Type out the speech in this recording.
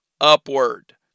upward